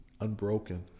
unbroken